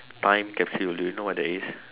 time capsule do you know what that is